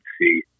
see